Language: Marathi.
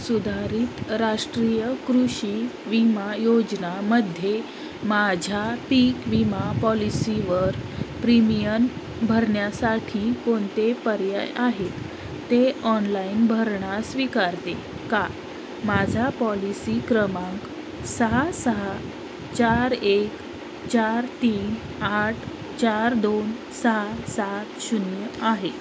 सुधारित राष्ट्रीय कृषी विमा योजनामध्ये माझ्या पीक विमा पॉलिसीवर प्रीमियन भरण्यासाठी कोणते पर्याय आहेत ते ऑनलाईन भरणा स्वीकारते का माझा पॉलिसी क्रमांक सहा सहा चार एक चार तीन आठ चार दोन सहा सात शून्य आहे